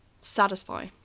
satisfy